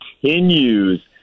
continues